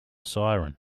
siren